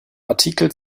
artikel